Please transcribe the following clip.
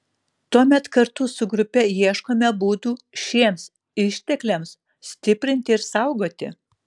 tuomet kartu su grupe ieškome būdų šiems ištekliams stiprinti ir saugoti